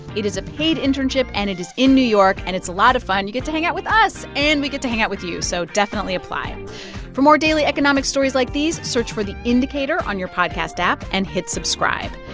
it is a paid internship, and it is in new york, and it's a lot of fun. you get to hang out with us, and we get to hang out with you, so definitely apply for more daily economic stories like these, search for the indicator on your podcast app and hit subscribe.